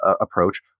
approach